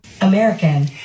American